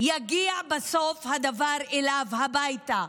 הדבר יגיע בסוף אליו הביתה.